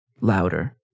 louder